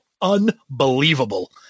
unbelievable